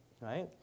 right